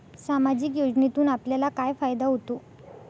सामाजिक योजनेतून आपल्याला काय फायदा होतो?